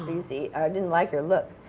you see, or i didn't like her looks.